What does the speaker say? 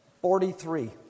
Forty-three